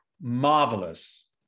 marvelous